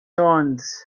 wounds